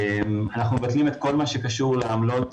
אנחנו מבטלים את כל מה שקשור לעמלות,